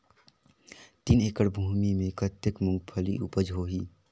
तीन एकड़ भूमि मे कतेक मुंगफली उपज होही?